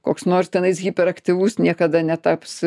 koks norite tenais hiperaktyvus niekada netaps